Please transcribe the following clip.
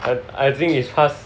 I think is past